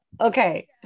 Okay